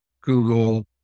Google